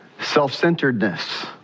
Self-centeredness